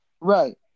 Right